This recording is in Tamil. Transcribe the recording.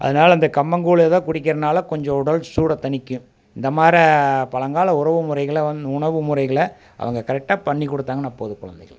அதனால் இந்த கம்மங்கூழ்தான் குடிக்கிறதனால கொஞ்சம் உடல் சூடை தணிக்கும் இந்த மாரி பழங்கால உணவு முறைகளை உணவு முறைகளை அவங்க கரெக்டாக பண்ணி கொடுத்தாங்கனா போதும் குழந்தைகளுக்கு